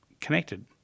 connected